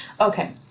Okay